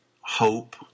hope